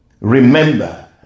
remember